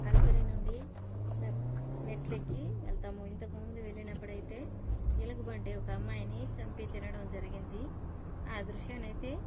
అలిపిరి నుండి మె మెట్లెక్కి వెళ్తాము ఇంతకుముందు వెళ్ళినప్పుడైతే ఎలుగుబంటి ఒక అమ్మాయిని చంపి తినడం జరిగింది ఆ దృశ్యాన్నైతే